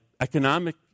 economic